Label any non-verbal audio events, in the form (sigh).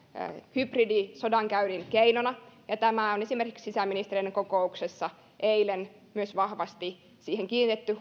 hybridisodankäynnin keinona tähän on esimerkiksi sisäministereiden kokouksessa eilen myös vahvasti kiinnitetty (unintelligible)